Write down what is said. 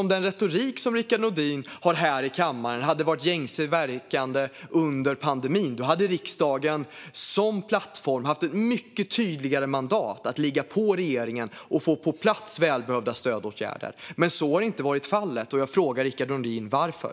Om den retorik som Rickard Nordin använder här i kammaren hade varit gängse under pandemin hade riksdagen som plattform haft ett mycket tydligare mandat att ligga på regeringen och få välbehövliga stödåtgärder på plats. Men så har inte varit fallet, och jag frågar Rickard Nordin: Varför?